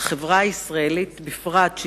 בחברה הישראלית בפרט,